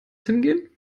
hingehen